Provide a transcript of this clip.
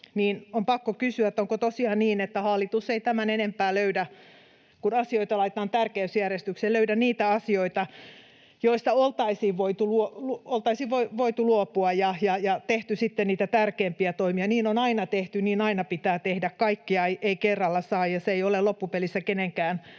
on pakko kysyä, että onko tosiaan niin, että kun asioita laitetaan tärkeysjärjestykseen, niin hallitus ei tämän enempää löydä niitä asioita, joista olisi voitu luopua ja tehty sitten niitä tärkeämpiä toimia. Niin on aina tehty, niin aina pitää tehdä; kaikkea ei kerralla saa, se ei ole loppupelissä kenenkään etu.